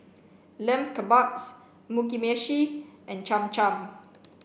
Lamb Kebabs Mugi Meshi and Cham Cham